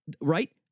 right